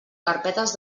carpetes